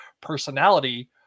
personality